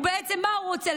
מה הוא רוצה בעצם,